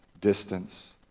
distance